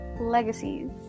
Legacies